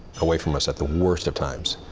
away from us at the worst of times.